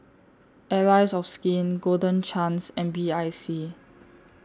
Allies of Skin Golden Chance and B I C